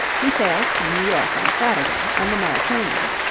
he sails for new york on saturday on the mauretania.